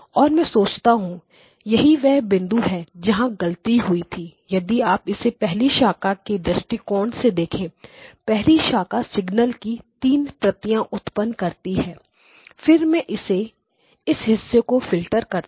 और मैं सोचता हूं यही वह बिंदु है जहां गलती हुई यदि आप इसे पहली शाखा के दृष्टिकोण से देखें पहली शाखा सिग्नल की तीन प्रतियां उत्पन्न करती है फिर मैं इस हिस्से को फिल्टर करता हूं - π3 से π3